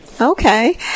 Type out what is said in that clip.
Okay